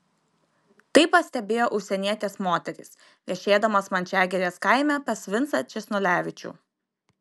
tai pastebėjo užsienietės moterys viešėdamos mančiagirės kaime pas vincą česnulevičių